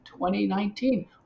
2019